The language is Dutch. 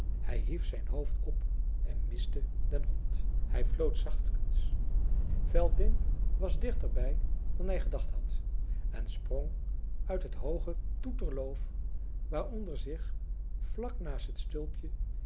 hij hief zijn hoofd op en miste den hond hij floot zachtkens veldin was dichter bij dan hij gedacht had en sprong uit het hooge toeterloof waaronder zich vlak naast het stulpje